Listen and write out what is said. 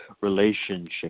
relationship